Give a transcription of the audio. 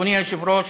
אדוני היושב-ראש,